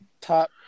top